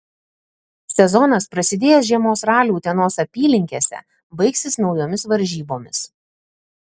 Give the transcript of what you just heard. sezonas prasidėjęs žiemos raliu utenos apylinkėse baigsis naujomis varžybomis